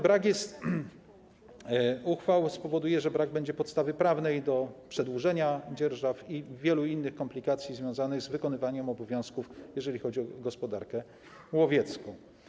Brak uchwał spowoduje, że brak będzie podstawy prawnej do przedłużenia dzierżaw, a także wiele innych komplikacji związanych z wykonywaniem obowiązków, jeżeli chodzi o gospodarkę łowiecką.